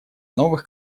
новых